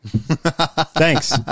Thanks